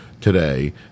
today